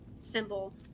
symbol